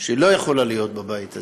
שלא יכולה להיות בבית הזה.